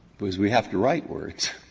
because we have to write words,